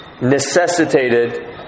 necessitated